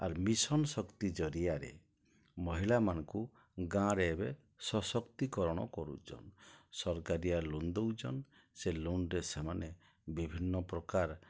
ଆର୍ mission Shakti ଜରିଆରେ ମହିଳାମାନ୍କୁ ଗାଁରେ ଏବେ ସଶକ୍ତିକରଣ କରୁଚନ୍ ସରକାରୀଆ ଲୋନ୍ ଦଉଚନ୍ ସେ ଲୋନ୍ରେ ସେମାନେ ବିଭିନ୍ନପ୍ରକାର